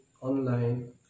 online